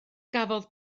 gafodd